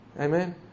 Amen